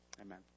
Amen